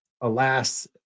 alas